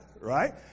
Right